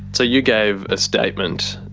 so you gave a statement.